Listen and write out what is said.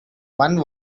one